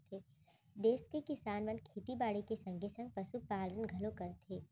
देस के किसान मन खेती बाड़ी के संगे संग पसु पालन घलौ करथे